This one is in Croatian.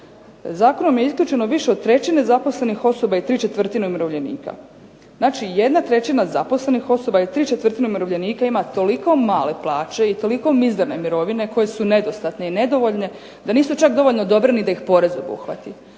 Zakonom je isključeno više od trećine zaposlenih osoba i 3/4 umirovljenika, znači 1/3 zaposlenih osoba i 3/4 umirovljenika ima toliko male plaće i toliko mizerne mirovine koje su nedostatne i nedovoljne da nisu čak dovoljno dobro ni da ih porez obuhvati.